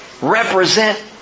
represent